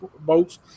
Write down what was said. boats